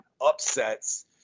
upsets